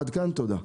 עד כאן, תודה.